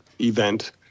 event